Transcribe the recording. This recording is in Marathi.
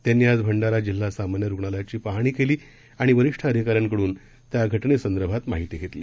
त्यांनीआजभंडाराजिल्हासामान्यरुग्णालयाचीपाहणीकेलीआणिवरिष्ठअधिकाऱ्यांकडूनत्याघटनेसंदर्भातमाहितीघेतली